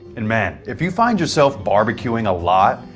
and man, if you find yourself barbequing a lot,